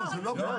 לא, זה לא כלול.